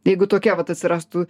jeigu tokia vat atsirastų